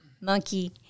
monkey